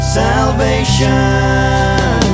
salvation